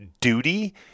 Duty